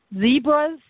zebras